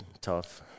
tough